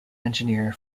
engineer